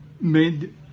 made